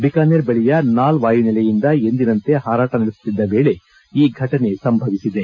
ಬಿಕೇನಾರ್ ಬಳಿಯ ನಾಲ್ ವಾಯುನೆಲೆಯಿಂದ ಎಂದಿನಂತೆ ಪಾರಾಟ ನಡೆಸುತ್ತಿದ್ದ ವೇಳೆ ಈ ಘಟನೆ ನಡೆದಿದೆ